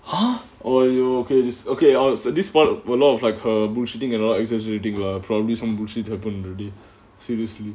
a are you okay this okay honest despoiled a lot of like a bull shitting you know exaggerating lah probably some bullshit been already seriously